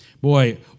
Boy